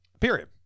Period